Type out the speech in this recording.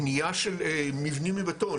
בנייה של מבנים מבטון,